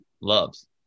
loves